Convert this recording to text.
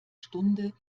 stunde